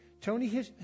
Tony